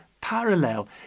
parallel